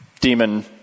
demon